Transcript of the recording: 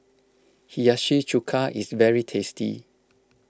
Hiyashi Chuka is very tasty